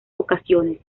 ocasiones